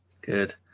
Good